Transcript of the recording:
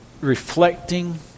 reflecting